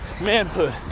manhood